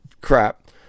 crap